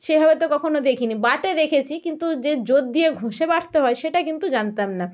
সেভাবে তো কখনও দেখিনি বাটে দেখেছি কিন্তু যে জোর দিয়ে ঘষে বাটতে হয় সেটা কিন্তু জানতাম না